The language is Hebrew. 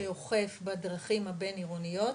שאוכף בדרכים הבינעירוניות,